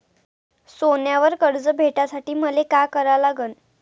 सोन्यावर कर्ज भेटासाठी मले का करा लागन?